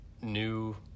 new